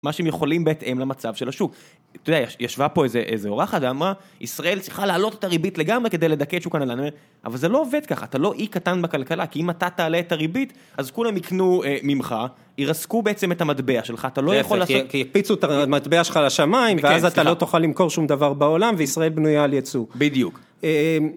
מה שהם יכולים בהתאם למצב של השוק. אתה יודע, ישבה פה איזה אורחת, ואמרה, ישראל צריכה להעלות את הריבית לגמרי כדי לדכא את שוק הנדלן. אבל זה לא עובד ככה, אתה לא אי קטן בכלכלה, כי אם אתה תעלה את הריבית, אז כולם יקנו ממך, ירסקו בעצם את המטבע שלך, אתה לא יכול... להיפך יפיצו את המטבע שלך לשמיים, ואז אתה לא תוכל למכור שום דבר בעולם, וישראל בנויה על יצוא. בדיוק.